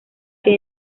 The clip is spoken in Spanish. que